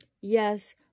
Yes